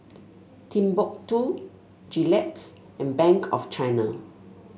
Timbuk two Gillette and Bank of China